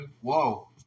Whoa